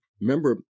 Remember